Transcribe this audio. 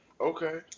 Okay